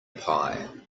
pie